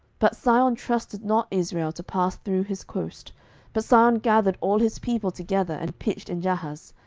but sihon trusted not israel to pass through his coast but sihon gathered all his people together, and pitched in jahaz,